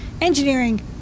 engineering